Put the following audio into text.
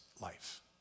life